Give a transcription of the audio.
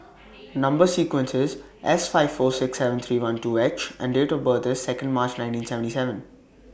Number sequence IS S five four six seven three one two H and Date of birth IS Second March nineteen seventy seven